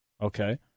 Okay